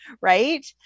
Right